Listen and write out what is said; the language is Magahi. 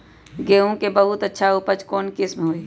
गेंहू के बहुत अच्छा उपज कौन किस्म होई?